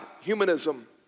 Humanism